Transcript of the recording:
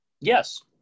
Yes